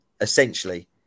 essentially